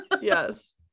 Yes